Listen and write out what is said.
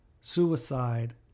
suicide